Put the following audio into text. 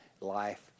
life